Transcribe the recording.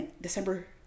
December